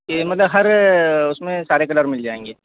ये मतलब हर उसमे सारे कलर मिल जाएंगे